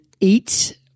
eight